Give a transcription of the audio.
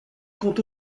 compte